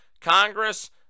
Congress